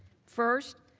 first,